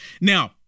Now